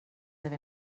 live